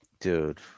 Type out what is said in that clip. Dude